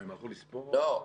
לא.